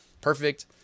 perfect